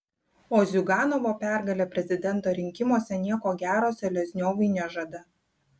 o ziuganovo pergalė prezidento rinkimuose nieko gero selezniovui nežada